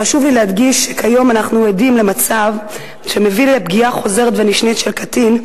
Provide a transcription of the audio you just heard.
חשוב לי להדגיש שהיום אנחנו עדים למצב שמביא לפגיעה חוזרת ונשנית בקטין,